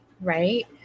right